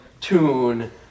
tune